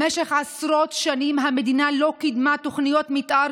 במשך עשרות שנים המדינה לא קידמה תוכניות מתאר